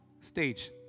stage